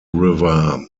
river